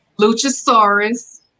Luchasaurus